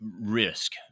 risk